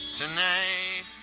tonight